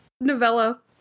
novella